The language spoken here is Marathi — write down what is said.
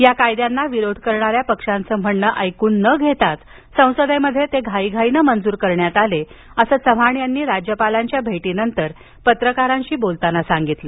या कायद्यांना विरोध करणाऱ्या पक्षांचं म्हणणं ऐकून न घेताच संसदेत ते घाईघाईनं मंजूर करण्यात आले असं चव्हाण यांनी राज्यपालांच्या भेटीनंतर पत्रकारांशी बोलताना सांगितलं